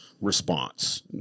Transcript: response